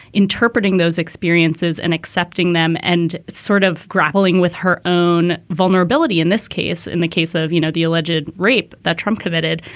interpreting those experiences and accepting them and sort of grappling with her own vulnerability in this case, in the case of, you know, the alleged rape that trump committed,